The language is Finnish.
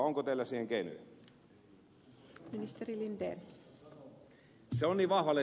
onko teillä siihen keinoja